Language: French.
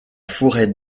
forêt